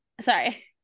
Sorry